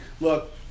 look